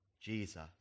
Jesus